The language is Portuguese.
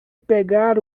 pegar